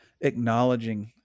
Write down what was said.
acknowledging